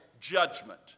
judgment